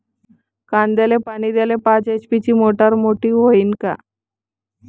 कांद्याले पानी द्याले पाच एच.पी ची मोटार मोटी व्हईन का?